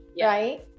right